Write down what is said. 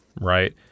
right